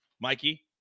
Mikey